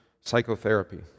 psychotherapy